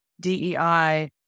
DEI